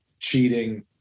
cheating